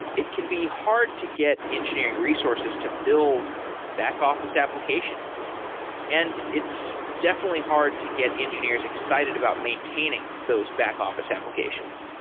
it can be hard to get engineering resources to build back-office applications and it's definitely hard to get engineers excited about maintaining those back-office applications.